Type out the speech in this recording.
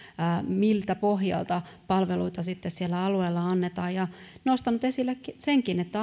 miltä pohjalta palveluita sitten siellä alueella annetaan ja nostanut esille senkin että